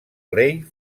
rei